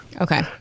okay